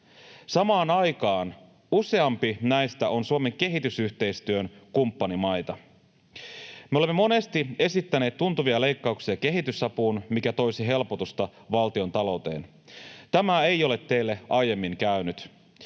Samaan aikaan useampi näistä on Suomen kehitysyhteistyön kumppanimaita. Me olemme monesti esittäneet tuntuvia leikkauksia kehitysapuun, mikä toisi helpotusta valtiontalouteen. Tämä ei ole teille aiemmin käynyt.